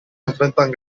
enfrentan